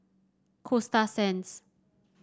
Coasta Sands